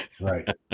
right